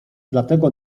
dlatego